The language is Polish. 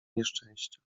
nieszczęścia